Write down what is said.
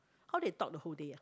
how they talk the whole day ah